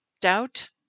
doubt